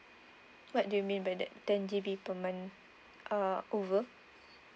what do you mean by that ten G_B per month uh over